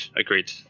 Agreed